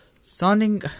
Sounding